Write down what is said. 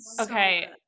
okay